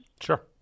Sure